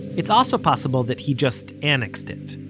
it's also possible that he just annexed it.